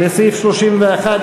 לסעיף 31,